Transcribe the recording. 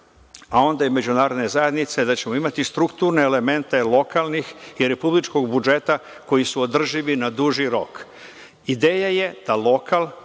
a onda i Međunarodne zajednice da ćemo imati strukturne instrumente lokalnih i Republičkog budžeta koji su održivi na duži rok. Ideja je da lokal